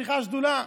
צריכה שדולה?